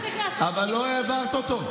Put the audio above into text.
כל מה שאתה צריך לעשות הוא, אבל לא העברת אותו.